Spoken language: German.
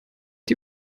die